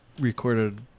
recorded